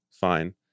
fine